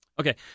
Okay